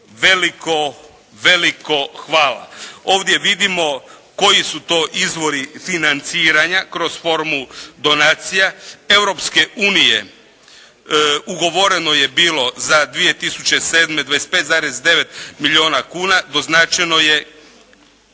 veliko, veliko hvala. Ovdje vidimo koji su to izvori financiranja kroz formu donacija Europske unije. Ugovoreno je bilo za 2007. 25,9 milijuna kuna, doznačeno je